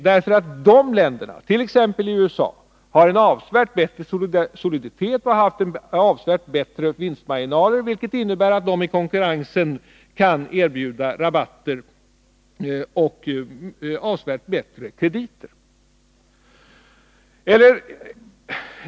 De länderna, t.ex. USA, har en avsevärt bättre soliditet och har haft avsevärt bättre vinstmarginaler, vilket innebär att de i konkurrensen kan erbjuda rabatter och avsevärt bättre krediter.